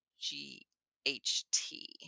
G-H-T